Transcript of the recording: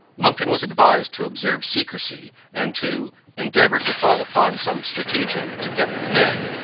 monckton was advised to observe secrecy, and to endeavour to fall upon some stratagem to get the men,